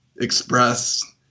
express